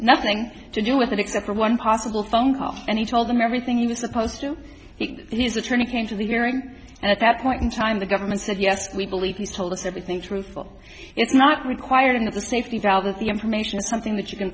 nothing to do with it except for one possible phone call and he told them everything he was supposed to he's attorney came to the hearing and at that point in time the government said yes we believe he's told us everything truthful it's not required it's a safety valve of the information something that you can